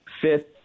fifth